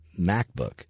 MacBook